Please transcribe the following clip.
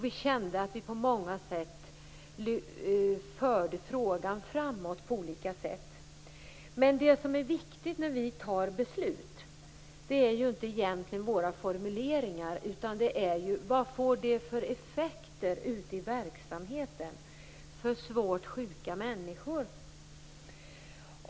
Vi kände då att vi på många sätt förde frågan framåt. Det viktiga när vi fattar beslut är egentligen inte våra formuleringar utan vilka effekter besluten får ute i verksamheten, t.ex. för svårt sjuka människor.